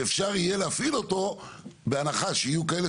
כך שאפשר יהיה להפעיל אותו אם יהיו כאלה